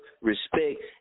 respect